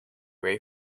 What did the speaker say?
way